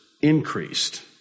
increased